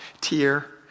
tear